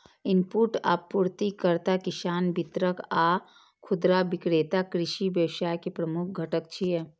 input आपूर्तिकर्ता, किसान, वितरक आ खुदरा विक्रेता कृषि व्यवसाय के प्रमुख घटक छियै